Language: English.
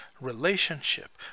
Relationship